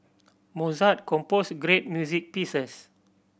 Mozart composed great music pieces